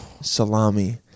salami